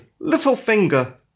Littlefinger